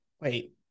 Wait